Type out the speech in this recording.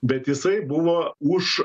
bet jisai buvo už